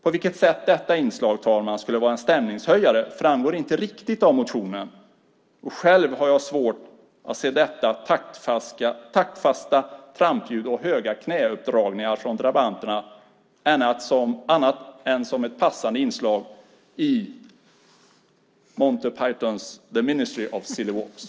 På vilket sätt detta inslag skulle vara en stämningshöjare, fru talman, framgår inte riktigt av motionen. Själv har jag svårt att se detta taktfasta trampljud och dessa höga knäuppdragningar från drabanterna som något annat än ett passande inslag i Monty Pythons The Ministry of Silly Walks.